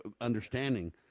understanding